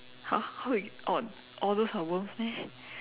!huh! how you oh all those are worms meh